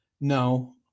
No